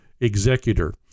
executor